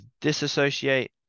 disassociate